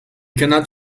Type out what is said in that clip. cannot